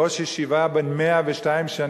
ראש ישיבה בן 102 שנים,